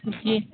جی